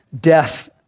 Death